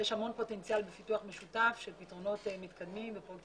יש המון פוטנציאל בפיתוח משותף של פתרונות מתקדמים ופרויקטים